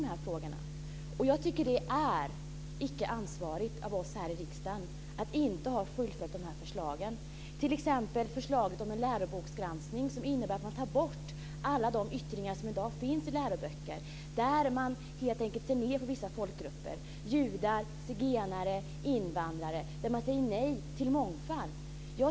Jag tycker inte att det är ansvarigt av oss här i riksdagen att inte ha fullföljt de här förslagen. Det gäller t.ex. förslaget om en läroboksgranskning där man tar bort alla yttringar i dagens läroböcker av att helt enkelt se ned på vissa folkgrupper - judar, zigenare och invandrare - och av att säga nej till mångfald.